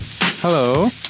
hello